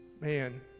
man